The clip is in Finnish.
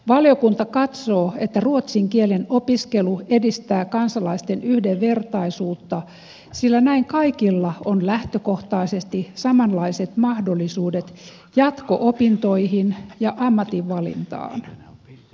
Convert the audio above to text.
valiokunta katsoo että ruotsin kielen opiskelu edistää kansalaisten yhdenvertaisuutta sillä näin kaikilla on lähtökohtaisesti samanlaiset mahdollisuudet jatko opintoihin ja ammatinvalintaan